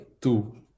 two